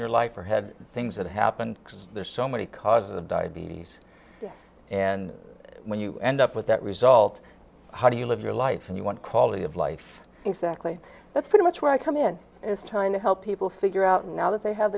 your life or had things that happened because there's so many causes of diabetes and when you end up with that result how do you live your life and you want quality of life exactly that's pretty much where i come in is trying to help people figure out now that they have